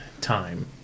time